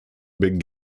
big